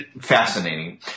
fascinating